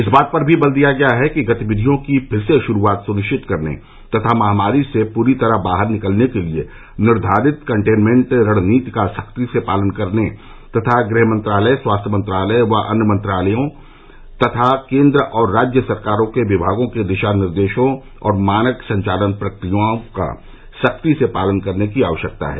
इस बात पर भी बल दिया गया है कि गतिविधियों की फिर से शुरूआत सुनिश्चित करने तथा महामारी से पूरी तरह बाहर निकलने के लिए निर्धारित कंटेनमेंट रणनीति का सख्ती से पालन करने तथा गृह मंत्रालय स्वास्थ्य मंत्रालय अन्य मंत्रालयों केन्द्र और राज्य सरकारों के विभागों के दिशा निर्देशों और मानक संचालन प्रक्रियाओं का सख्ती से पालन करने की आवश्यकता है